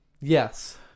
Yes